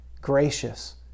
gracious